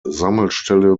sammelstelle